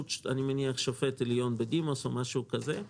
אני מניח שבראשות שופט עליון בדימוס או משהו כזה,